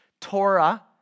Torah